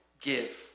give